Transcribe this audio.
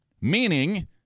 Meaning